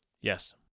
Yes